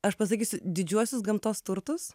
aš pasakysiu didžiuosius gamtos turtus